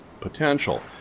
potential